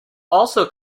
also